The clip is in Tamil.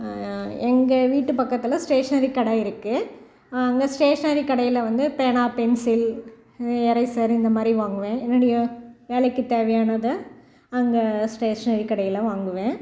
எங்கள் வீட்டு பக்கத்தில் ஸ்டேஷ்னரி கடை இருக்குது அங்கே ஸ்டேஷ்னரி கடையில் வந்து பேனா பென்சில் எரேசர் இந்த மாதிரி வாங்குவேன் என்னுடைய வேலைக்கு தேவையானதை அங்கே ஸ்டேஷ்னரி கடையில் வாங்குவேன்